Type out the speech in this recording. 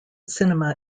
cinema